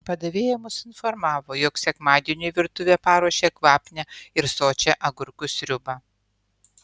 padavėja mus informavo jog sekmadieniui virtuvė paruošė kvapnią ir sočią agurkų sriubą